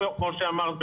כמו שאמרת,